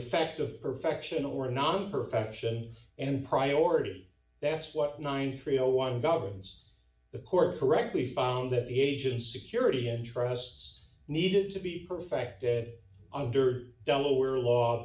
effect of perfection or not perfection and priority that's what nine creo one governs the court correctly found that the agency security interests needed to be perfected under delaware law